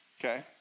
Okay